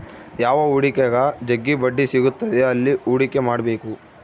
ಯಾವ ಹೂಡಿಕೆಗ ಜಗ್ಗಿ ಬಡ್ಡಿ ಸಿಗುತ್ತದೆ ಅಲ್ಲಿ ಹೂಡಿಕೆ ಮಾಡ್ಬೇಕು